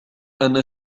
أنا